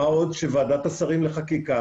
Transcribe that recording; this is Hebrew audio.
מה עוד שוועדת השרים לחקיקה,